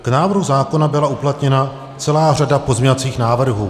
K návrhu zákona byla uplatněna celá řada pozměňovacích návrhů.